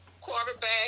quarterback